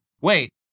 wait